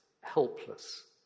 helpless